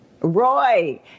Roy